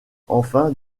enfin